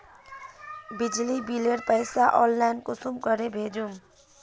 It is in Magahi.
बिजली बिलेर पैसा ऑनलाइन कुंसम करे भेजुम?